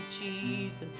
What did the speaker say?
Jesus